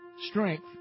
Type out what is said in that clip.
strength